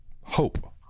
hope